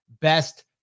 best